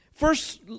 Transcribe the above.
First